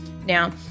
Now